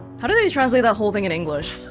how did they translate that whole thing in english?